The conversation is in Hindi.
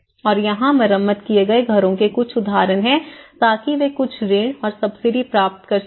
और यहां मरम्मत किए गए घरों के कुछ उदाहरण हैं ताकि वे कुछ ऋण और सब्सिडी प्राप्त कर सकें